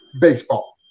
baseball